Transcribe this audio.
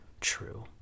true